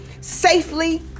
safely